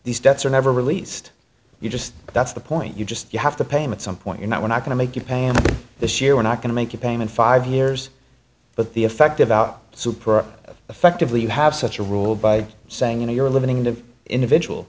these debts are never released you just that's the point you just you have to payment some point in that we're not going to make you pam this year we're not going to make a payment five years but the effective out super are effectively you have such a rule by saying you know you're living in an individual